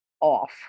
off